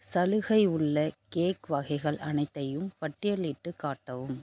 சலுகை உள்ள கேக் வகைகள் அனைத்தையும் பட்டியலிட்டுக் காட்டவும்